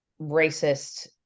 racist